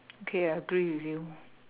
okay I agree with you